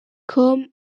com